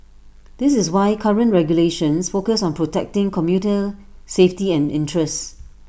this is why current regulations focus on protecting commuter safety and interests